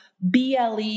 BLE